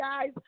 guys